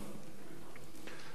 זו לא היתה משימה פשוטה.